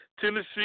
Tennessee